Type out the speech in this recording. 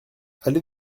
allée